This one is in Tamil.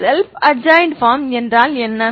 ஒரு ஸெல்ப் அட்ஜாயின்ட் பார்ம் என்றால் என்ன